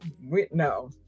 no